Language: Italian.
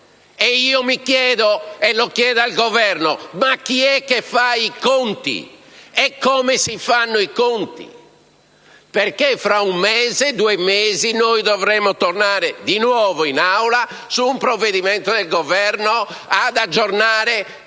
oggi. Mi chiedo, e lo chiedo al Governo: ma chi è che fa i conti? È come si fanno i conti? Perché fra uno o due mesi dovremo tornare di nuovo in Aula a discutere di un provvedimento del Governo e ad aggiornare